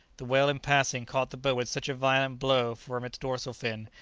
the whale in passing caught the boat with such a violent blow from its dorsal fin,